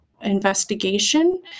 investigation